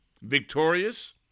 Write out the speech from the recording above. victorious